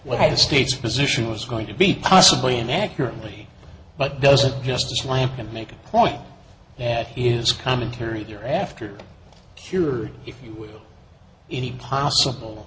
what had the state's position was going to be possibly inaccurately but doesn't just slam and make a point that his commentary there after cure if any possible